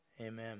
Amen